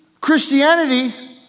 Christianity